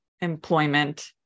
employment